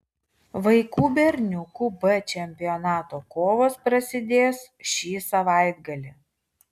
vaikų berniukų b čempionato kovos prasidės šį savaitgalį